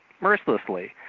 mercilessly